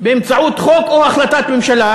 באמצעות חוק או החלטת ממשלה,